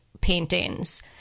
paintings